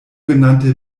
genannte